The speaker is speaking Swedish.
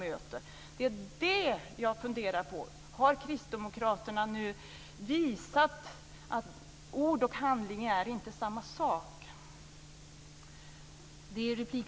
Har kristdemokraterna visat att ord och handling inte är samma sak?